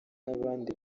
n’abandi